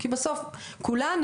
כי בסוף כולנו,